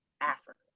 Africa